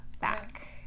back